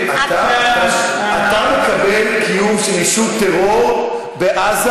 אתה מקבל קיום של ישות טרור בעזה?